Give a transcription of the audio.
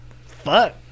fuck